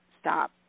stop